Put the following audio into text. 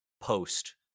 post